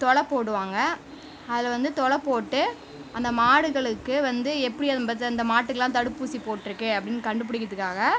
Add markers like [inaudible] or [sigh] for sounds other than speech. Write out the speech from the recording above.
துள போடுவாங்க அதில் வந்து துள போட்டு அந்த மாடுகளுக்கு வந்து எப்படி [unintelligible] அந்த மாட்டுக்குலாம் தடுப்பூசி போட்டுருக்கு அப்படின்னு கண்டுபிடிக்கிறதுக்காக